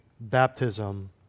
Baptism